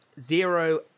zero